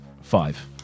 Five